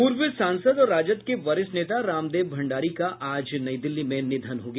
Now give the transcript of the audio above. पूर्व सांसद और राजद के वरिष्ठ नेता रामदेव भण्डारी का आज नई दिल्ली में निधन हो गया